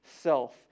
self